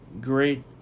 great